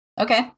Okay